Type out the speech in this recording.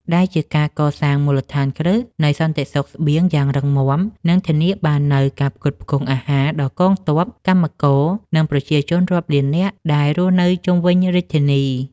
ដែលជាការកសាងមូលដ្ឋានគ្រឹះនៃសន្តិសុខស្បៀងយ៉ាងរឹងមាំ និងធានាបាននូវការផ្គត់ផ្គង់អាហារដល់កងទ័ព កម្មករ និងប្រជាជនរាប់លាននាក់ដែលរស់នៅជុំវិញរាជធានី។